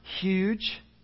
huge